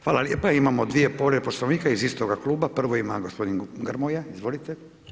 Hvala lijepa, imamo dvije povrede Poslovnika iz istoga kluba, prvu ima gospodin Grmoja, izvolite.